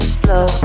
slow